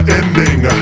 ending